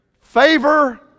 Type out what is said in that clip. Favor